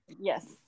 yes